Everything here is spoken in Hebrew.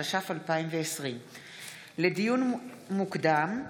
התש"ף 2020. לדיון מוקדם,